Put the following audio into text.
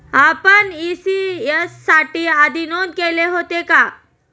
आपण इ.सी.एस साठी आधी नोंद केले होते का?